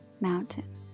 mountain